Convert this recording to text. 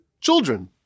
children